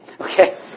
Okay